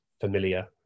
familiar